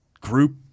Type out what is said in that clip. group